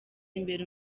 imbere